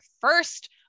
first